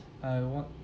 I want